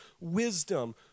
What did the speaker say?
wisdom